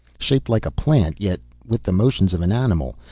shaped like a plant, yet with the motions of an animal.